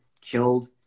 killed